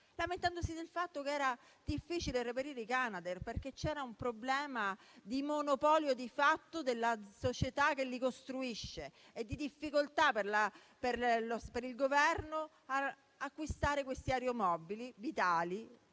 lamentandosi del fatto che era difficile reperire i Canadair per un problema di monopolio di fatto della società che li costruisce e per la difficoltà del Governo ad acquistare aeromobili vitali